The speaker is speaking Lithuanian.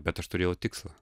bet aš turėjau tikslą